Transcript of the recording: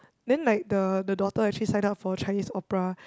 then like the the daughter actually sign up for Chinese opera